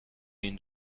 این